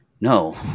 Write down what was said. no